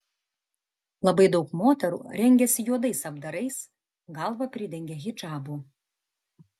labai daug moterų rengiasi juodais apdarais galvą pridengia hidžabu